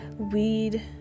weed